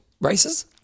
races